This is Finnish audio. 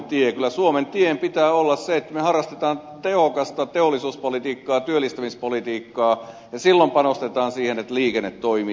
kyllä suomen tien pitää olla se että me harrastamme tehokasta teollisuuspolitiikkaa työllistämispolitiikkaa ja silloin panostetaan siihen että liikenne toimii